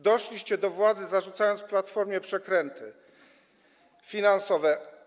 Doszliście do władzy, zarzucając Platformie przekręty finansowe.